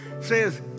says